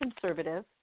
conservative